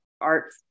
art